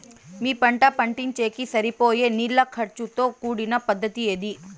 మీ పంట పండించేకి సరిపోయే నీళ్ల ఖర్చు తో కూడిన పద్ధతి ఏది?